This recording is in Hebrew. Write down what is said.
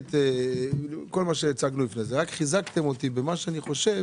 המצגת ורק חיזקתם אותי במה שאני חושב